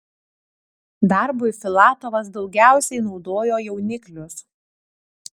darbui filatovas daugiausiai naudojo jauniklius